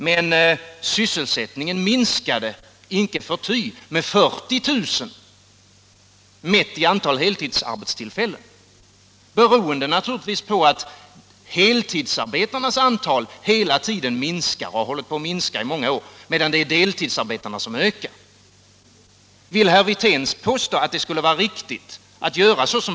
Men sysselsättningen minskade icke förty med 40 000 mätt i antalet heltidsarbetstillfällen, beroende naturligtvis på att heltidsarbetarnas antal hela tiden minskar sedan många år medan de deltidsarbetande ökar i antal.